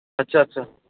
ਅੱਛਾ ਅੱਛਾ